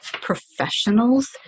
professionals